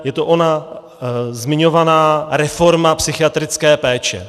Je to ona zmiňovaná reforma psychiatrické péče.